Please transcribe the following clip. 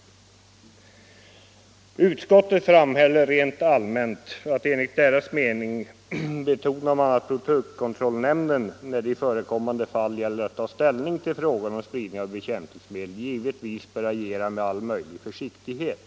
29 maj 1975 Rent allmänt bör enligt utskottets mening betonas att produktkontrollnämnden, när det i förekommande fall gäller att ta ställning till frågan — Förbud mot om spridning av bekämpningsmedel, givetvis bör agera med all möjlig — spridning av försiktighet.